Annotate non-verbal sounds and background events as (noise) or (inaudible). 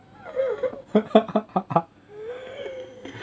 (laughs)